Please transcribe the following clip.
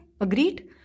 Agreed